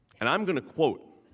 and i'm going to quote